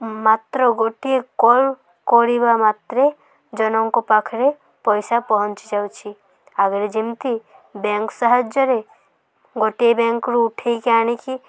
ମାତ୍ର ଗୋଟିଏ କଲ୍ କରିବା ମାତ୍ରେ ଜଣଙ୍କ ପାଖରେ ପଇସା ପହଞ୍ଚିଯାଉଛି ଆଗରେ ଯେମିତି ବ୍ୟାଙ୍କ ସାହାଯ୍ୟରେ ଗୋଟିଏ ବ୍ୟାଙ୍କରୁ ଉଠେଇକି ଆଣିକି